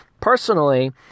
personally